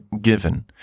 given